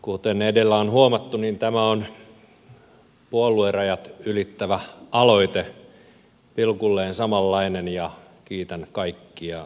kuten edellä on huomattu tämä on puoluerajat ylittävä aloite pilkulleen samanlainen ja kiitän kaikkia joita tässä on ollut mukana